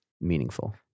meaningful